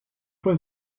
with